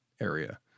area